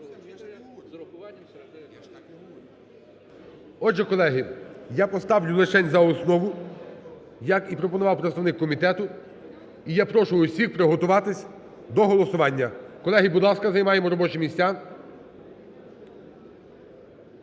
Отже, колеги, я поставлю лишень за основу, як і пропонував представник комітету. І я прошу всіх приготуватись до голосування. Колеги, будь ласка, займаємо робочі місця.